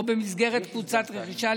או במסגרת קבוצת רכישה,